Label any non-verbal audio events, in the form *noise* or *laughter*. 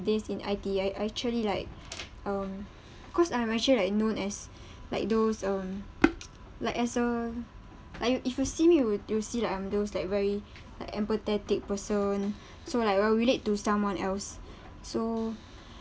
days in I_T_E I I actually like um cause I'm actually like known as like those um *noise* like as a like you if you see me you will you see like I'm those like very like empathetic person so like I will relate to someone else so